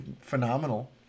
phenomenal